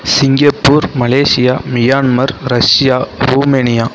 Singapore Malaysia Myanmar Russia Romania